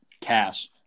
Cash